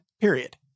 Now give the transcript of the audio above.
period